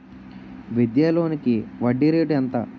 విద్యా లోనికి వడ్డీ రేటు ఎంత?